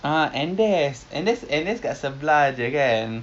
ah andes andes andes kat sebelah jer kan